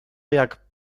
jak